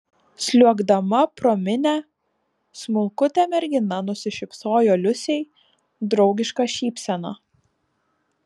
sliuogdama pro minią smulkutė mergina nusišypsojo liusei draugiška šypsena